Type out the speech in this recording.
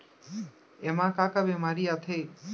एमा का का बेमारी आथे?